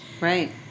Right